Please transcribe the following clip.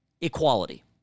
equality